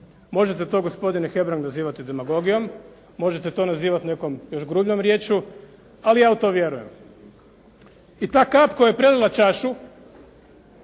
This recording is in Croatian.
Možete to gospodine Hebrang nazivati demagogijom, možete to nazivati nekom još grubljom riječju, ali ja u to vjerujem. I ta kap koja je prelila čašu